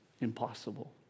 impossible